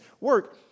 work